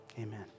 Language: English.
amen